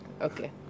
Okay